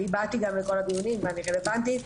אני באתי גם לכל הדיונים ואני גם הבהרתי,